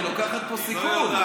היא לוקחת פה סיכון.